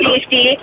safety